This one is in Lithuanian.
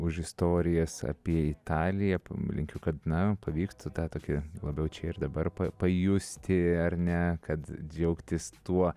už istorijas apie italiją linkiu kad na pavyktų tą tokį labiau čia ir dabar pajusti ar ne kad džiaugtis tuo